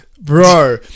Bro